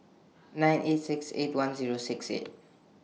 nine eight six eight one Zero six eight